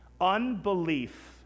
Unbelief